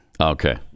Okay